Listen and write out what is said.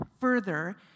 further